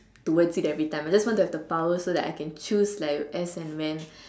towards it every time I just want to have the power so that I can choose like as and when